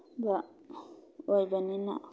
ꯕ ꯑꯣꯏꯕꯅꯤꯅ